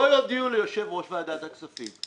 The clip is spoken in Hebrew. לא יודיעו ליושב-ראש ועדת הכספים.